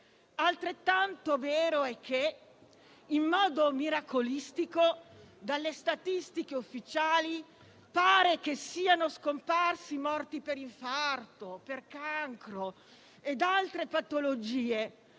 altrettanto vero è che, in modo miracolistico, dalle statistiche ufficiali pare che siano 'scomparsi' i morti per infarto, per cancro e altre patologie,